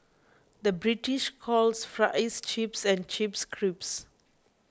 the British calls Fries Chips and Chips Crisps